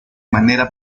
manera